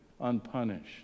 unpunished